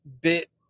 bit